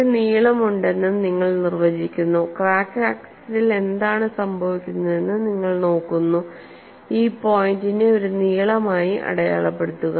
ഒരു നീളം ഉണ്ടെന്നും നിങ്ങൾ നിർവചിക്കുന്നു ക്രാക്ക് ആക്സിസിൽ എന്താണ് സംഭവിക്കുന്നതെന്ന് നിങ്ങൾ നോക്കുന്നു ഈ പോയിന്റിനെ ഒരു നീളമായി അടയാളപ്പെടുത്തുക